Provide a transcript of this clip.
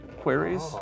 queries